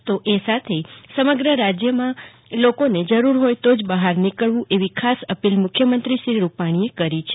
તો એ સાંજે સમગ્ર રાજયના લોકોને જરૂર હોય તો જ બહાર નીકળવું એવી ખાસ અપીલ મુખ્યમંત્રી શ્રી રૂપાણીએ કરી છે